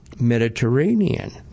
Mediterranean